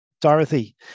Dorothy